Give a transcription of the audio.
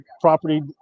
property